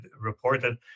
reported